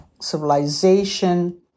civilization